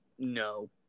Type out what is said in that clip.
No